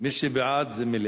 מי שבעד, זה מליאה.